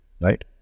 right